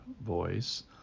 voice